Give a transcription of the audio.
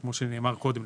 כמו שנאמר קודם,